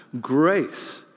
grace